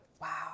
Wow